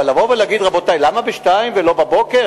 אבל לבוא ולהגיד: רבותי, למה ב-02:00 ולא בבוקר?